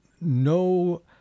no